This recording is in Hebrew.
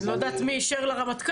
אני לא יודעת מי אישר לרמטכ"ל.